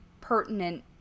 pertinent